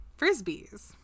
Frisbees